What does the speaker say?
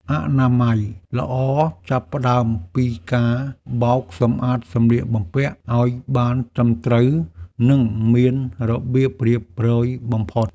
អនាម័យល្អចាប់ផ្តើមពីការបោកសម្អាតសម្លៀកបំពាក់ឱ្យបានត្រឹមត្រូវ និងមានរបៀបរៀបរយបំផុត។